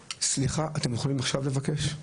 סליחה אתם יכולים עכשיו לבקש?